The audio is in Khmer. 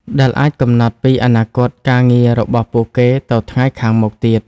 ដែលអាចកំណត់ពីអនាគតការងាររបស់ពួកគេទៅថ្ងៃខាងមុខទៀត។